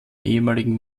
ehemaligen